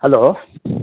hello